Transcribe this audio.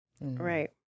Right